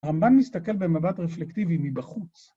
המן מסתכל במבט רפלקטיבי מבחוץ.